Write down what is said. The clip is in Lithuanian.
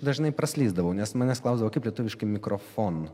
dažnai praslysdavau nes manęs klausdavo kaip lietuviškai mikrofon